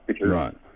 Right